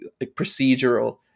procedural